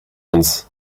uns